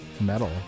metal